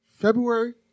February